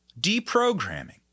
deprogramming